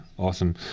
awesome